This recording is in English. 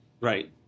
Right